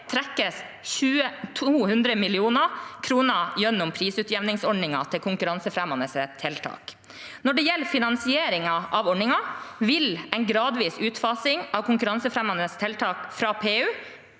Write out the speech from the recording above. trekkes 200 mill. kr gjennom prisutjevningsordningen, PU, til konkurransefremmende tiltak. Når det gjelder finansieringen av ordningen, vil en gradvis utfasing av konkurransefremmende tiltak fra PU